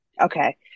Okay